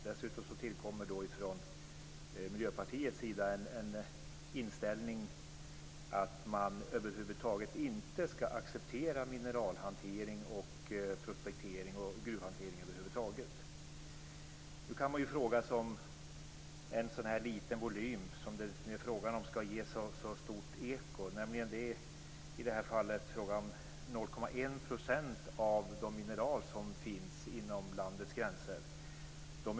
Dessutom tillkommer från Miljöpartiets sida en inställning att man över huvud taget inte skall acceptera mineralhantering, prospektering och gruvhantering. Nu kan man fråga sig om en så liten volym som det är fråga om skall ge så stort eko när det i detta fall är fråga om 0,1 % av de mineral som finns inom landets gränser.